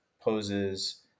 poses